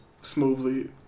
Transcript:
smoothly